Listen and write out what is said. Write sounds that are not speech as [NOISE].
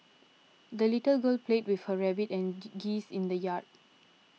the little girl played with her rabbit and [UNINTELLIGIBLE] geese in the yard